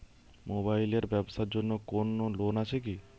Mobile এর ব্যাবসার জন্য কোন লোন আছে কি?